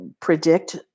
predict